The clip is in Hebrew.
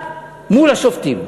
מול השופטים,